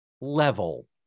level